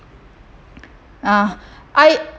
uh I